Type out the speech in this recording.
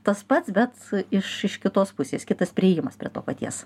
tas pats bet iš iš kitos pusės kitas priėjimas prie to paties